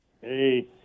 Hey